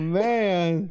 man